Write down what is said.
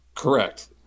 Correct